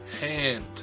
hand